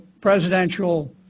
presidential